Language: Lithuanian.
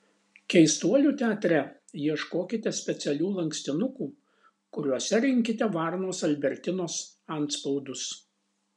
keistuolių teatre ieškokite specialių lankstinukų kuriuose rinkite varnos albertinos antspaudus